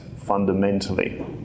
fundamentally